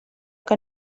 que